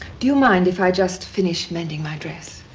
do you mind if i just finish mending my dress?